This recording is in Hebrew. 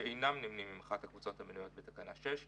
שאינם נמנים עם אחת הקבוצות המנויות בתקנה מערכה 6,